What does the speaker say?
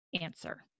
answer